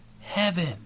Heaven